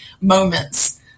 moments